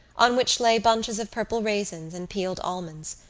on which lay bunches of purple raisins and peeled almonds,